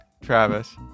Travis